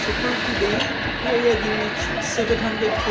for today we already reached seven hundred